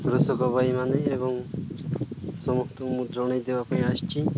କୃଷକ ଭାଇମାନେ ଏବଂ ସମସ୍ତ ମୁଁ ଜଣାଇ ଦେବା ପାଇଁ ଆସିଛି